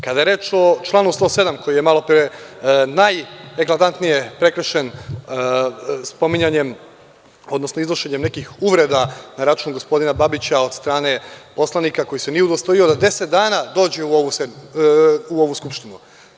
Kada je reč o članu 107. koji je malopre najeklatantnije prekršen spominjanjem, odnosno iznošenjem nekih uvreda na račun gospodina Babića od strane poslanika koji se nije udostojio da deset dana dođe u ovu Skupštinu.